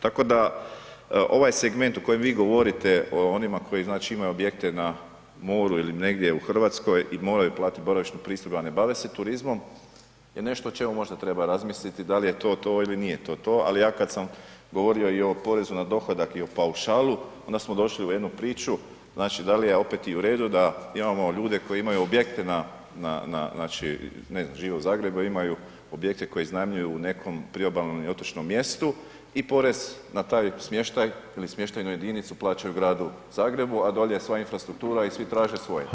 Tako da ovaj segment o kojim vi govorite, o onima koji znači imaju objekte na moru ili negdje u Hrvatskoj i moraju platiti boravišnu pristojbu a ne bave se turizmom, je nešto o čemu možda treba razmisliti, da li je to to ili nije to to, ali ja kada sam govorio i o porezu na dohodak i o paušalu, onda smo došli u jednu priču, znači da li je opet u redu, da imamo ljude koji imaju objekte na znači, ne znam, žive u Zagrebu a imaju objekte koje iznajmljuju u nekom priobalnom ili otočnom mjestu i porez na taj smještaj ili smještanoj jedinicu plaćaju Gradu Zagrebu, a dolje je sva infrastruktura i svi traže svoje.